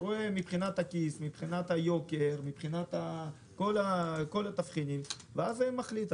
ורואה מבחינת הכיס והיוקר ושאר התבחינים ואז הוא מחליט.